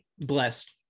blessed